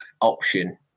option